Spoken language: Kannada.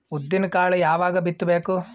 ಉದ್ದಿನಕಾಳು ಯಾವಾಗ ಬಿತ್ತು ಬೇಕು?